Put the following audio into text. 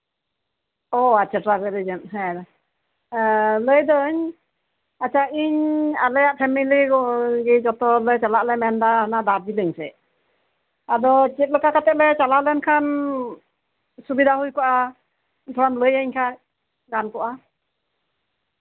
ᱚ ᱟᱪᱪᱷᱟ travel agent ᱦᱮᱸ ᱞᱟᱹᱭᱫᱟᱹᱧ ᱤᱧ ᱟᱪᱪᱷᱟ ᱟᱞᱮᱭᱟᱜ ᱯᱷᱮᱢᱮᱞᱤ ᱡᱚᱛᱚ ᱪᱟᱞᱟᱜ ᱞᱮ ᱢᱮᱱᱫᱟ ᱦᱟᱱᱮ ᱫᱟᱨᱡᱤᱞᱤᱝ ᱥᱮᱡ ᱟᱫᱚ ᱪᱮᱫᱞᱮᱠᱟ ᱠᱟᱛᱮ ᱞᱮ ᱪᱟᱞᱟᱣ ᱞᱮᱱᱠᱷᱟᱡ ᱥᱩᱵᱤᱫᱷᱟ ᱦᱩᱭ ᱠᱚᱜᱼᱟ ᱚᱱᱠᱟᱢ ᱞᱟᱹᱭᱟᱹᱧ ᱠᱷᱟᱡ ᱜᱟᱱ ᱠᱚᱜᱼᱟ